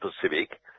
Pacific